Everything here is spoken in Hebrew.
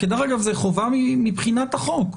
דרך אגב, זו חובה מבחינת החוק.